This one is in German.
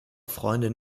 freundin